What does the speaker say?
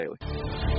Daily